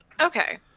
Okay